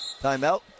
Timeout